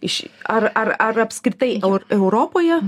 iš ar ar ar apskritai eu europoje